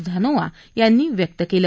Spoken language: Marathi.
धानोआ यांनी व्यक्त केलं